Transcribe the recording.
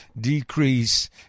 decrease